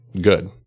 good